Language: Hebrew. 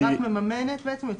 היא רק מממנת בעצם?